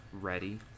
ready